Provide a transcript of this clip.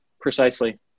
Precisely